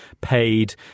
paid